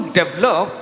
develop